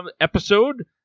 episode